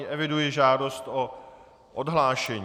Eviduji žádost o odhlášení.